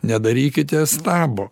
nedarykite stabo